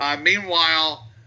Meanwhile